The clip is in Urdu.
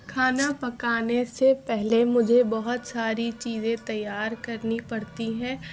کھانا پکانے سے پہلے مجھے بہت ساری چیزیں تیار کرنی پڑتی ہیں